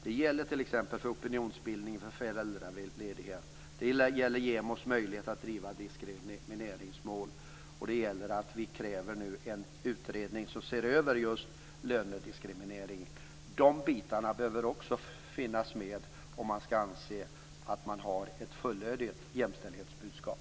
Det gäller t.ex. opinionsbildning för föräldraledighet, JämO:s möjlighet att driva diskrimineringsmål och kravet på en utredning som ser över just lönediskriminering. Dessa delar bör också finnas med om man skall anse att man har ett fullödigt jämställdhetsbudskap.